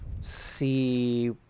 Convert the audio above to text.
see